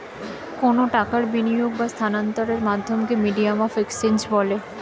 কোনো টাকার বিনিয়োগ বা স্থানান্তরের মাধ্যমকে মিডিয়াম অফ এক্সচেঞ্জ বলে